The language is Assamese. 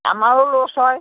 আমাৰো লছ হয়